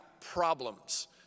problems